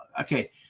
Okay